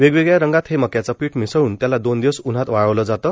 वेगवेगळ्या रंगात हे मक्याचे पीठ मिसळून त्याला दोन दिवस उन्हात वाळवल जातं